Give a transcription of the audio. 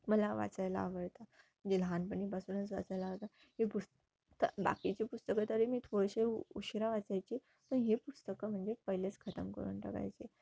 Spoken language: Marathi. मला वाचायला आवडतं म्हणजे लहानपणीपासूनच वाचायला आवडतं हे पुस्तक बाकीचे पुस्तकं तरी मी थोडेसे उशिरा वाचायची पण हे पुस्तकं म्हणजे पहिलेच खतम करून टाकायचे